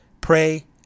Pray